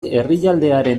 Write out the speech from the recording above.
herrialdearen